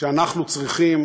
שאנחנו צריכים